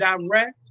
direct